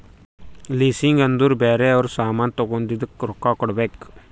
leasing ಅಂದುರ್ ಬ್ಯಾರೆ ಅವ್ರ ಸಾಮಾನ್ ತಗೊಂಡಿದ್ದುಕ್ ರೊಕ್ಕಾ ಕೊಡ್ಬೇಕ್